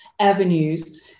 avenues